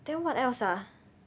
then what else ah